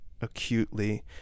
acutely